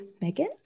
Megan